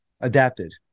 adapted